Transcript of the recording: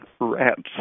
rats